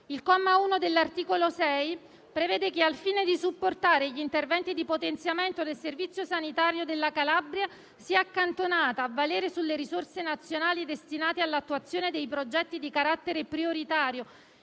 Il comma 1 dell'articolo 6 prevede che, al fine di supportare gli interventi di potenziamento del servizio sanitario della Calabria, sia accantonata, a valere sulle risorse nazionali destinate all'attuazione dei progetti di carattere prioritario